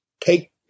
take